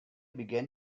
began